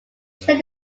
share